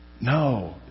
No